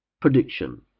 Prediction